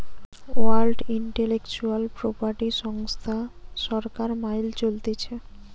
world intellectual property সংস্থা সরকার মাইল চলতিছে